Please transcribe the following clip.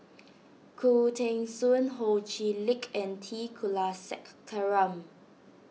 Khoo Teng Soon Ho Chee Lick and T Kulasekaram